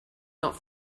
not